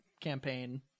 campaign